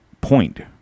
point